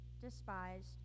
despised